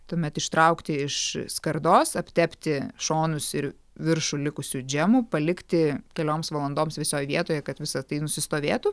tuomet ištraukti iš skardos aptepti šonus ir viršų likusiu džemu palikti kelioms valandoms vėsioj vietoje kad visą tai nusistovėtų